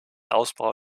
ausbau